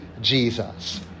Jesus